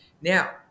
Now